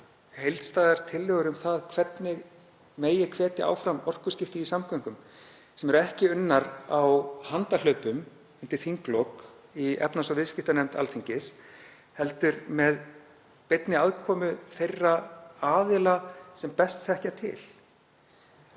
heildstæðar tillögur um það hvernig megi hvetja áfram tillögur um orkuskipti í samgöngum sem eru ekki unnar á handahlaupum undir þinglok í efnahags- og viðskiptanefnd Alþingis heldur með beinni aðkomu þeirra aðila sem best þekkja til;